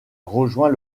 rejoint